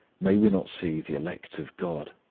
may we not see the elect of god,